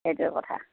সেইটোৱে কথা